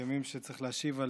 בימים שצריך להשיב,